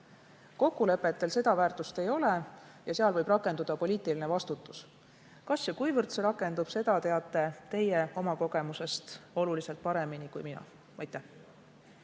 Kokkulepetel seda väärtust ei ole ja seal võib rakenduda poliitiline vastutus. Kas ja kuivõrd see rakendub, seda teate teie oma kogemusest oluliselt paremini kui mina. Aitäh!